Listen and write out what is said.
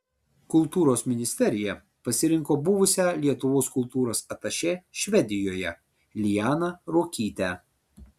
kultūros ministerija pasirinko buvusią lietuvos kultūros atašė švedijoje lianą ruokytę